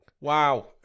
Wow